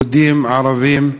יהודים, ערבים,